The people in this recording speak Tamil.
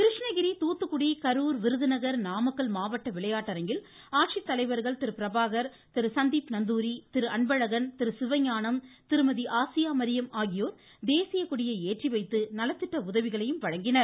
கிருஷ்ணகிரி தூத்துக்குடி கரூர் விருதுநகர் நாமக்கல் மாவட்ட விளையாட்டரங்கில் ஆட்சித்தலைவர்கள் திரு பிரபாகர் திரு சந்தீப் நந்தூரி திரு அன்பழகன் திரு சிவஞானம் திருமதி ஆசியாமரியம் ஆகியோர் தேசிய கொடியை ஏற்றிவைத்து நலத்திட்ட உதவிகளையும் வழங்கினர்